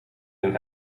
een